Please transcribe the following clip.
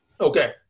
Okay